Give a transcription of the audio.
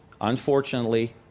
unfortunately